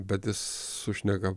bet jis sušneka